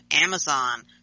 Amazon